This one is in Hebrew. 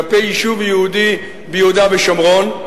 כלפי יישוב יהודי ביהודה ושומרון,